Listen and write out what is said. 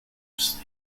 hosts